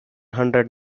hundred